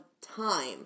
time